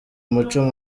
umuco